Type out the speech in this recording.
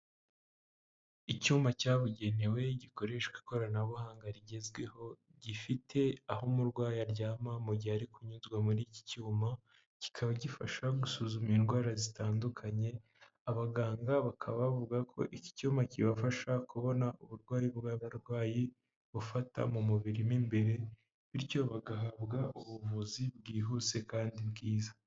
Icyumba cyabugenewe gikoreshwa ikoranabuhanga rigezweho gifite aho umurwayi aryama mu gihe ari kunyuzwa muri iki cyumal kikaba gifasha gusuzuma indwara zitandukanye, abaganga bakaba bavuga ko iki cyuma kibafasha kubona uburwayi bw'abarwayi bufata mu mubiri mo imbere bityo bagahabwa ubuvuzi bwihuse kandi bwiza.